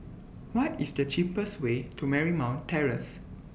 What IS The cheapest Way to Marymount Terrace